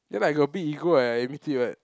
ya lah I got a big ego I admit it what